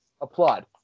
applaud